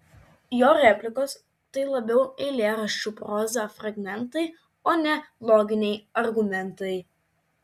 jo replikos tai labiau eilėraščių proza fragmentai o ne loginiai argumentai